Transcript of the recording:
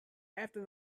after